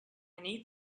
need